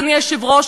אדוני היושב-ראש,